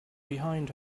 behind